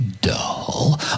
dull